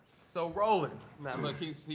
so roland now,